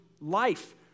life